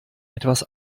etwas